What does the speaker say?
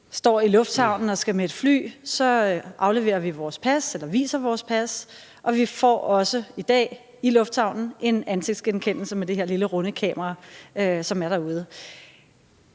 står i lufthavnen og skal med et fly, viser vi vores pas og møder også i dag i lufthavnen en ansigtsgenkendelse med det her lille runde kamera, som er derude.